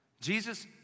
Jesus